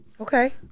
okay